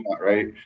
right